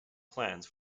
plans